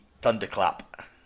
thunderclap